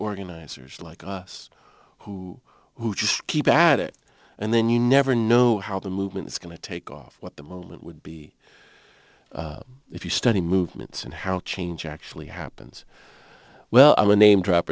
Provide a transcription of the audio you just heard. organizers like us who who just keep at it and then you never know how the movement is going to take off what the moment would be if you study movements and how change actually happens well i'm a name drop